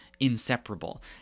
inseparable